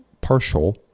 partial